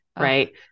right